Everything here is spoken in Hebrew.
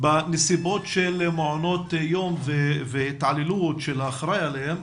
בנסיבות של מעונות יום והתעללות של האחראי עליהם,